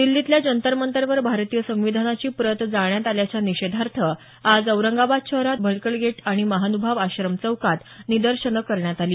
दिल्लीतील जंतरमंतरवर भारतीय संविधानाची प्रत जाळण्यात आल्याच्या निषेधार्थ आज शहरात भडकल गेट आणि महानुभाव आश्रम चौकात निदर्शनं करण्यात आली